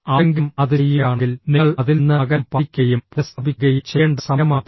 ആരെങ്കിലും അത് ചെയ്യുകയാണെങ്കിൽ നിങ്ങൾ അതിൽ നിന്ന് അകലം പാലിക്കുകയും പുനഃസ്ഥാപിക്കുകയും ചെയ്യേണ്ട സമയമാണിത്